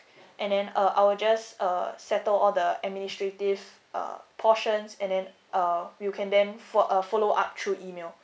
and then uh I will just uh settle all the administrative uh portions and then uh you can then foll~ uh follow up through email